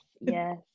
yes